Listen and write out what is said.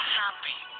happy